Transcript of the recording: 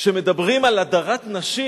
כשמדברים על הדרת נשים,